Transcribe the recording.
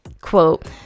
quote